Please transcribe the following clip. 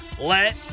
Let